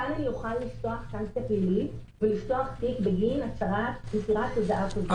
כאן נוכל לפתוח סנקציה פלילית ולפתוח תיק בגין מסירת הצהרה כוזבת.